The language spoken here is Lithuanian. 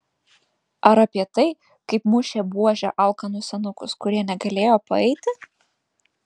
ar apie tai kaip mušė buože alkanus senukus kurie negalėjo paeiti